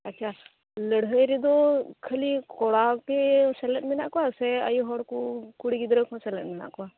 ᱟᱪ ᱪᱷᱟ ᱞᱟᱹᱲᱦᱟᱹᱭ ᱨᱮᱫᱚ ᱠᱷᱟᱞᱤ ᱠᱚᱲᱟ ᱜᱮ ᱥᱮᱞᱮᱫ ᱢᱟᱱᱟᱜ ᱠᱚᱣᱟ ᱥᱮ ᱟᱭᱩ ᱦᱚᱲ ᱠᱚ ᱠᱩᱲᱤ ᱜᱤᱫᱽᱨᱟᱹ ᱠᱚᱦᱚᱸ ᱥᱮᱞᱮᱫ ᱢᱮᱱᱟᱜ ᱠᱚᱣᱟ